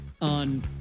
on